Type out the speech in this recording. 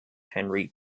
henry